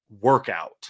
workout